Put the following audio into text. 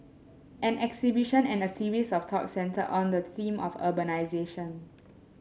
an exhibition and a series of talks centred on the theme of urbanisation